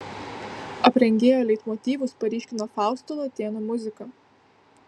aprengėjo leitmotyvus paryškina fausto latėno muzika